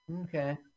Okay